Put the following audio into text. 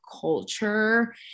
culture